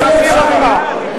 לא נוח לך, תצא בחוץ.